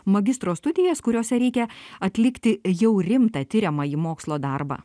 magistro studijas kuriose reikia atlikti jau rimtą tiriamąjį mokslo darbą